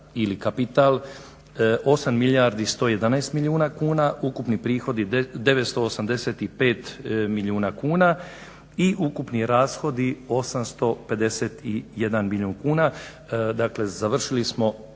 8 milijardi 111 milijuna kuna, ukupni prihodi 985 milijuna kuna i ukupni rashodi 851 milijun kuna. Dakle završili smo